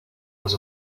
was